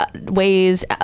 ways